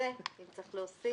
מי יעמוד בזה?